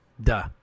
Duh